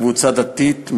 קבוצה דתית,